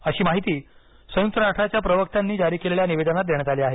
अशी माहिती संयुक्त राष्ट्राच्या प्रवक्त्यांनी जारी केलेल्या निवेदनांत देण्यात आली आहे